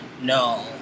no